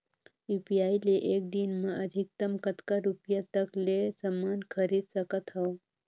UPI ले एक दिन म अधिकतम कतका रुपिया तक ले समान खरीद सकत हवं?